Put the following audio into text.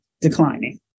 declining